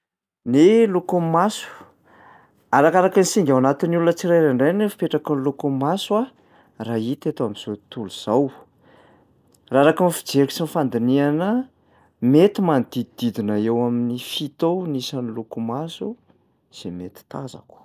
Ny lokon'ny maso, arakaraky ny singa ao anatin'ny olona tsirairay indray ny hoe fipetraky ny lokon'ny maso raha hita eto am'zao tontolo zao. Raha araky ny fijeriko sy ny fandinihana mety manodidididina eo amin'ny fito eo ny isan'ny loko maso zay mety tazako.